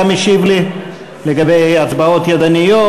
אתה משיב לי לגבי הצבעות ידניות,